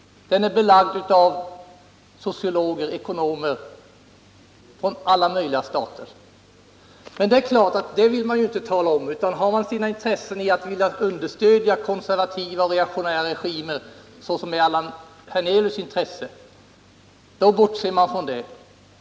Det är belagt av socionomer och ekonomer från alla möjliga stater. Men det är klart att den saken vill man inte tala om när man som Allan Hernelius har sitt intresse i att understödja konservativa och reaktionära regimer. Då bortser man från det.